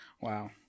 Wow